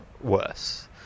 worse